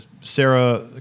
Sarah